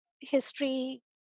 history